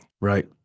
Right